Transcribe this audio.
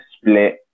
split